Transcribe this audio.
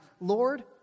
Lord